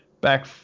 back